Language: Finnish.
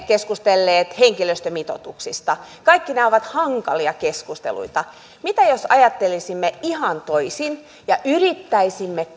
myös keskustelleet henkilöstömitoituksista kaikki nämä ovat hankalia keskusteluita mitä jos ajattelisimme ihan toisin ja yrittäisimme